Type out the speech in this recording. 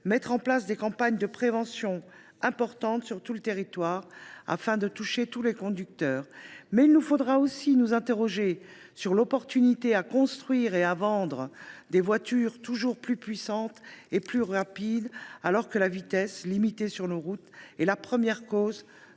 et en lançant des campagnes de prévention importantes, sur tout le territoire, afin de toucher tous les conducteurs. Mais il nous faudra aussi nous interroger sur l’opportunité de construire et de vendre des voitures toujours plus puissantes et plus rapides alors que la vitesse, limitée en droit sur nos routes, est la première cause